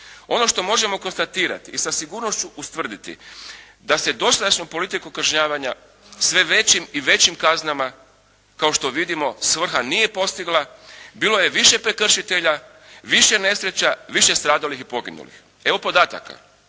Ono što možemo konstatirati i sa sigurnošću ustvrditi da se dosadašnjom politikom kažnjavanja sve većim i većim kaznama, kao što vidimo svrha nije postigla, bilo je više prekršitelja, više nesreća, više stradalih i poginulih. Evo podataka,